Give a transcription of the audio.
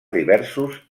diversos